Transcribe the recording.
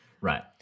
Right